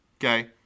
okay